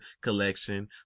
collection